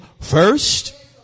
first